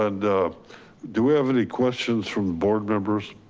and do we have any questions from board members?